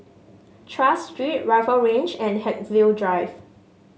Tras Street Rifle Range and Haigsville Drive